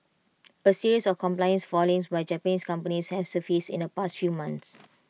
A series of compliance failings by Japanese companies have surfaced in the past few months